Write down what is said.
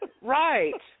Right